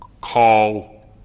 call